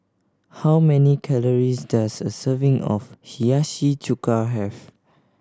how many calories does a serving of Hiyashi Chuka have